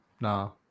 no